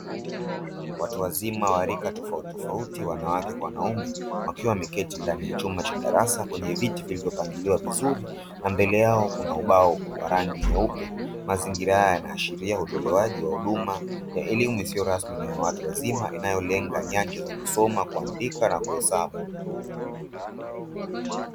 Watu wazima wa rika tofauti tofauti wanawake kwa wanaume wakiwa wameketi ndani ya chumba cha darasa kwenye viti vilivyopangiliwa vizuri na mbele yao kuna ubao wa rangi nyeupe. Mazingira haya yanaashiria utolewaji wa huduma ya elimu isiyo rasmi na ya watu wazima inayolenga nyanja za kusoma, kuandika na kuhesabu.